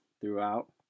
throughout